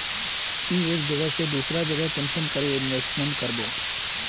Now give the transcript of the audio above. ती एक जगह से दूसरा जगह कुंसम करे इन्वेस्टमेंट करबो?